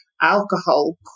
alcohol